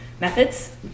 methods